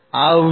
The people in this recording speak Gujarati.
આવજો